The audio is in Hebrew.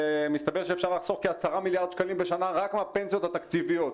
מסתבר שאפשר לחסוך כ-10 מיליארד שקלים בשנה רק מהפנסיות התקציביות,